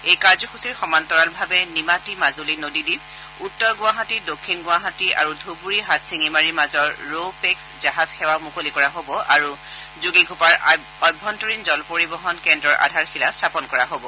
এই কাৰ্যসূচীৰ সমান্তৰালভাৱে নিমাতী মাজুলী নদীদ্বীপ উত্তৰ গুৱাহাটী দক্ষিণ গুৱাহাটী আৰু ধুবুৰী হাটশিঙিমাৰীৰ মাজৰ ৰো পেক্স জাহাজ সেৱা মুকলি কৰা হ'ব আৰু যোগীঘোপাৰ অভ্যন্তৰীণ জলপৰিবহন কেন্দ্ৰৰ আধাৰশিলা স্থাপন কৰা হব